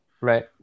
Right